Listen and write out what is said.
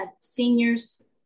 seniors